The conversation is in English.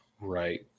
right